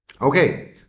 Okay